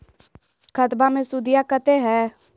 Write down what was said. खतबा मे सुदीया कते हय?